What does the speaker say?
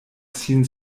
sin